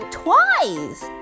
twice